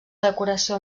decoració